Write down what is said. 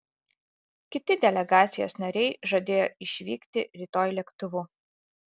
kiti delegacijos nariai žadėjo išvykti rytoj lėktuvu